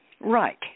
Right